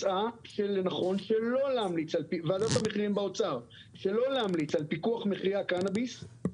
מצאה כן לנכון שלא להמליץ על פיקוח מחירי הקנביס,